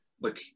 look